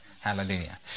Hallelujah